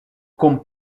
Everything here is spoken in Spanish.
con